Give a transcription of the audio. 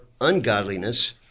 ungodliness